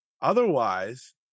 otherwise